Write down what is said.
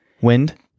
Wind